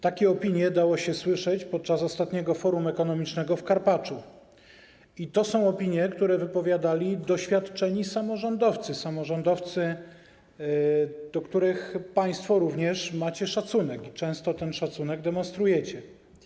Takie opinie dało się słyszeć podczas ostatniego forum ekonomicznego w Karpaczu i to są opinie, które wypowiadali doświadczeni samorządowcy, do których państwo również macie szacunek i często ten szacunek demonstrujecie.